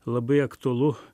labai aktualu